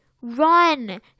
Run